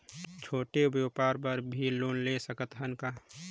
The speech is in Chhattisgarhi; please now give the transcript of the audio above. छोटे व्यापार बर भी लोन ले सकत हन का?